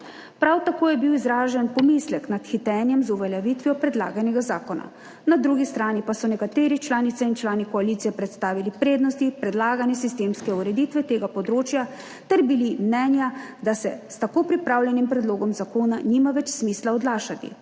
Prav tako je bil izražen pomislek nad hitenjem z uveljavitvijo predlaganega zakona, na drugi strani pa so nekateri članice in člani koalicije predstavili prednosti predlagane sistemske ureditve tega področja ter bili mnenja, da se s tako pripravljenim predlogom zakona nima več smisla odlašati.